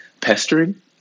pestering